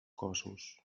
cossos